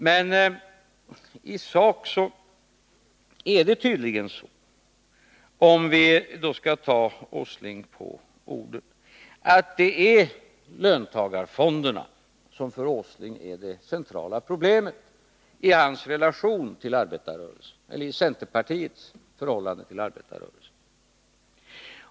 Men i sak är det tydligen, om vi skall ta Nils Åsling på orden, löntagarfonderna som för Nils Åsling är det centrala problemet i centerpartiets relation till arbetarrörelsen.